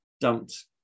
dumped